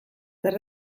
zer